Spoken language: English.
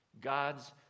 God's